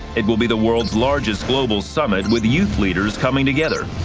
it will be the world's largest global subnet with youth leaders coming together.